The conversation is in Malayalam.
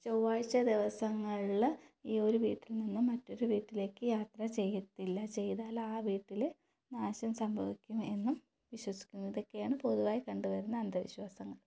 ചൊവ്വാഴ്ച ദിവസങ്ങളിൽ ഈ ഒരു വീട്ടിൽ നിന്നും മറ്റൊരു വീട്ടിലേക്ക് യാത്ര ചെയ്യത്തില്ല ചെയ്താൽ ആ വീട്ടിൽ നാശം സംഭവിക്കും എന്നും വിശ്വസിക്കുന്നു ഇതൊക്കെയാണ് പൊതുവായി കണ്ടുവരുന്ന അന്ധവിശ്വാസങ്ങൾ